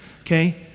okay